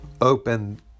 open